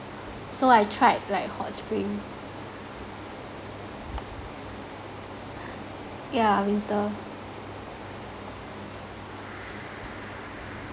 so I tried like hot spring yeah winter